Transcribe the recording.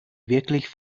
wirklich